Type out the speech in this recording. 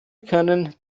können